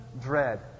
dread